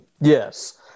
Yes